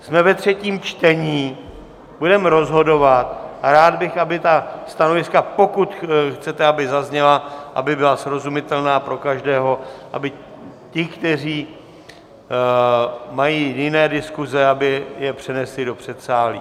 Jsme ve třetím čtení, budeme rozhodovat a rád bych, aby ta stanoviska, pokud chcete, aby zazněla, aby byla srozumitelná pro každého, aby ti, kteří mají jiné diskuse, je přenesli do předsálí.